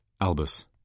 Albus